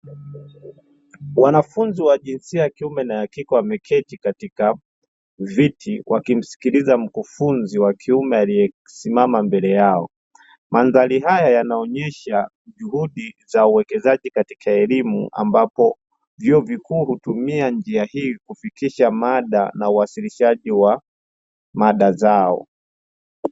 Wanafunzi wa jinsia ya kiume na ya kike wameketi katika viti wakimskiliza mkufunzi wa kiume aliesimama mbele yao. Mandhari haya yanaonesha juhudi za uwekezaji katika elimu, ambapo vyuo vikuu hutumia njia hii kufikisha mada na uwasilishaji wa mada zao.